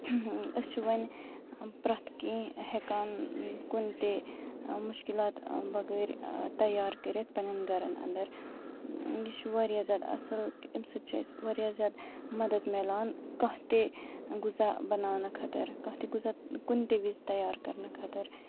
أسۍ چھِ وۄنۍ پرٮ۪تھ کیٚنٛہہ ہیکان کُنہِ تہِ مُشکِلات بغٲرۍ تیار کٔرِتھ پَننٮ۪ن گَرَن اَندر یہِ چھُ واریاہ زیادٕ اصل اَمہِ سۭتۍ چھُ اَسہِ واریاہ زیادٕ مدد مِلان کانہہ تہِ غزا بناونہٕ خٲطر کانہہ تہِ غزا کُنہِ تہِ وِز تیار کَرنہٕ خٲطر